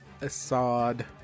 Assad